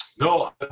No